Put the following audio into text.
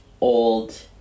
old